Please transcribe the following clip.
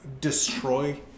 destroy